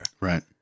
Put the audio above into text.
Right